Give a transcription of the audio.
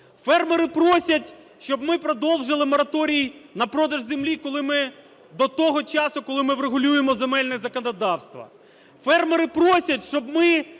Фермери просять, щоб ми продовжили мораторій на продаж землі до того часу, коли ми врегулюємо земельне законодавство. Фермери просять, щоб ми